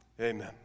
amen